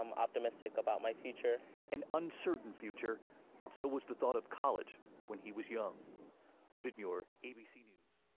um optimistic about my future and uncertain future but so was the thought of college when he was young he did your abcd i